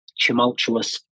tumultuous